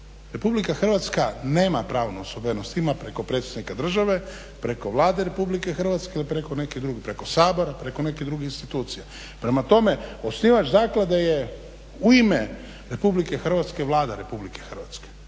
Republika Hrvatska nema pravnu osobenost, ima preko predsjednika države, preko Vlade Republike Hrvatske ili preko nekih drugih, preko Sabora, preko nekih drugih institucija. Prema tome, osnivač zaklade je u ime Republike Hrvatske Vlada Republike Hrvatske.